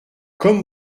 comme